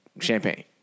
champagne